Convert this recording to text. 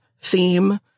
theme